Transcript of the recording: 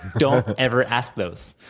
don't ever ask those.